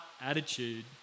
attitude